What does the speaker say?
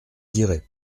dirais